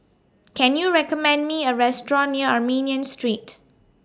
Can YOU recommend Me A Restaurant near Armenian Street